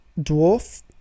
dwarf